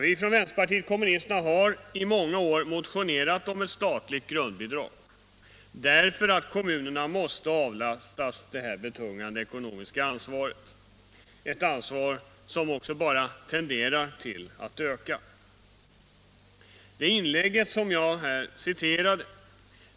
Vi från vpk har i många år motionerat om ett statligt grundbidrag därför att kommunerna måste avlastas det här betungande ekonomiska ansvaret — ett ansvar som bara tenderar att öka. Men det inlägg som jag citerade var inte gjort av någon kommunist.